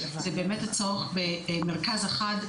זה באמת הצורך במרכז אחד,